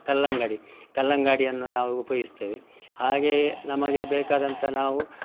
ಕಲ್ಲಂಗಡಿ ಕಲ್ಲಂಗಡಿಯನ್ನು ನಾವು ಉಪಯೋಗಿಸ್ತೇವೆ ಹಾಗೆಯೇ ನಮಗೆ ಬೇಕಾದಂತ ನಾವು